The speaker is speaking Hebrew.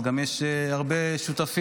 אז גם יש הרבה שותפים,